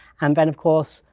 and then, of course,